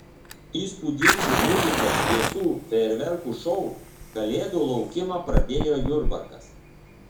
įspūdingu muzikos šviesų fejerverkų šou kalėdų laukimą pradėjo jurbarkas